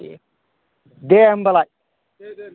दे होमबालाय